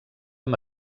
amb